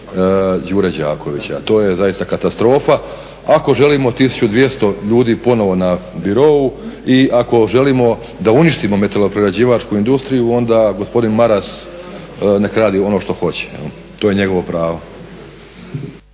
Đure Đakovića, a to je zaista katastrofa. Ako želimo 1200 ljudi ponovno na birou, i ako želimo da uništimo metaloprerađivačku industriju onda gospodin Maras nek radi ono što hoće, to je njegovo pravo.